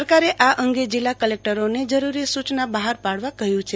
સરકારે આ અંગે જિલ્લા કલેકટરોને જરૂરી સૂચના બહાર પાડવા કહ્યું છે